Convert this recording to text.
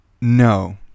No